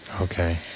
Okay